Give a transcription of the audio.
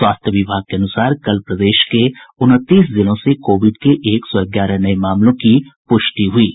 स्वास्थ्य विभाग के अनुसार कल प्रदेश के उनतीस जिलों से कोविड के एक सौ ग्यारह नये मामलों की प्रष्टि हुई है